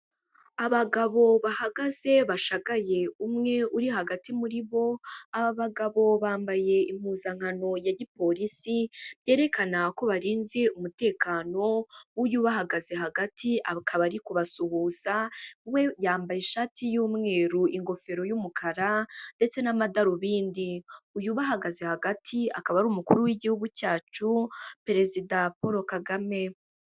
Abagabo bahagaze bashagaye umwe uri hagati muri bo aba bagabo bambaye impuzankano ya gipolisi byerekana ko barinze umutekano w'uyu bahagaze hagati akaba ari kubasuhuza, we yambaye ishati y'umweru ingofero y'umukara ndetse n'amadarubindi. Uyu ubahagaze hagati akaba ari umukuru w'igihugu cyacu perezida Paul KAGAME.